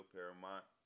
Paramount